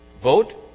Vote